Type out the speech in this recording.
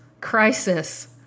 crisis